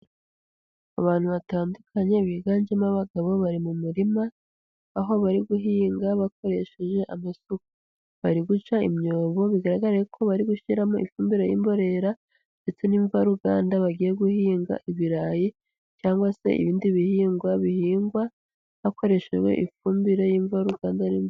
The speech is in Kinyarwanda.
Abantu batandukanye biganjemo abagabo, bari mu murima aho bari guhinga bakoresheje amasuka. Bari guca imyobo, bigaragare ko bari gushyiramo ifumbire y'imborera ndetse n'imvaruganda bagiye guhinga ibirayi cyangwa se ibindi bihingwa bihingwa hakoreshejwe ifumbire y'imvaruganda, n'i...